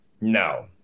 No